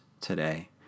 today